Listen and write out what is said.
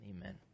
amen